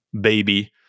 baby